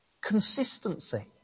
Consistency